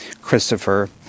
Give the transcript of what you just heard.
Christopher